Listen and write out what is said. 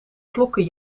klokken